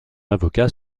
avocat